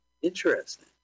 Interesting